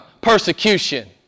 persecution